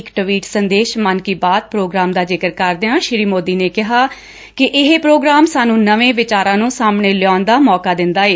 ਇੱਕ ਟਵੀਟ ਸੰਦੇਸ਼ 'ਚ ਮਨ ਕੀ ਬਾਤ ਪ੍ਰੋਗਰਾਮ ਦਾ ਜ਼ਿਕਰ ਕਰਦਿਆਂ ਸ੍ਰੀ ਸੋਦੀ ਨੇ ਕਿਹਾ ਕਿ ਇਹ ਪ੍ਰੋਗਰਾਮ ਸਾਨੂੰ ਨਵੇਂ ਵਿਚਾਰਾਂ ਨੂੰ ਸਾਹਮਣੇ ਲਿਆਉਣ ਦਾ ਸੌਕਾ ਦਿਦਾ ਏ